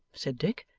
said dick,